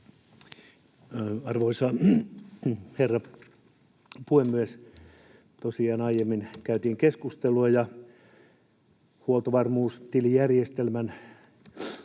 Arvoisa herra puhemies! Tosiaan aiemmin käytiin keskustelua huoltovarmuustilijärjestelmän käyttöönotosta